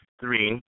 Three